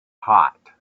hot